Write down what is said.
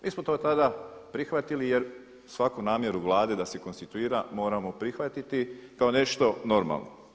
Mi smo to tada prihvatili jer svaku namjeru Vlade da se konstituira moramo prihvatiti kao nešto normalno.